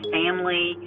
family